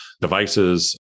devices